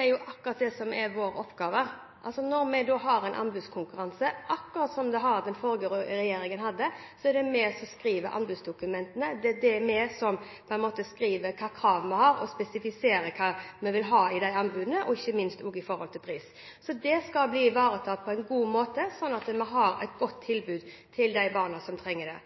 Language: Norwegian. er akkurat det som er vår oppgave. Når vi har en anbudskonkurranse, akkurat som den forrige regjeringen hadde, er det vi som skriver anbudsdokumentene, det er vi som skriver hvilke krav vi har, og spesifiserer hva vi vil ha i de anbudene, ikke minst i forhold til pris. Så det skal bli ivaretatt på en god måte, slik at vi har et godt tilbud til de barna som trenger det.